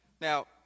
Now